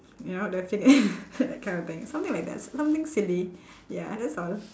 you know that feeling that kind of thing something like that something silly ya that sort of